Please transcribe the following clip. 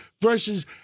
versus